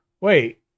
Wait